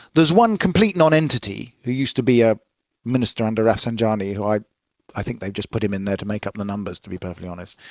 there's one complete nonentity who used to be a minister under rafsanjani who i i think they've just put him in there to make up the numbers, to be perfectly honest.